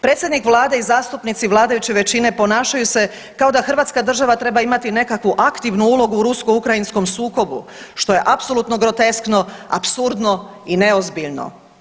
Predsjednik vlade i zastupnici vladajuće većine ponašaju se kao da hrvatska država treba imati nekakvu aktivnu ulogu u rusko-ukrajinskom sukobu, što je apsolutno groteskno, apsurdno i neozbiljno.